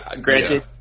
granted